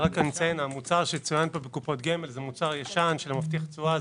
המוצר שצוין בקופות גמל הוא מוצר ישן שמבטיח תשואה.